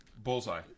Bullseye